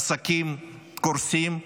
עסקים קורסים,